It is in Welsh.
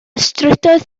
strydoedd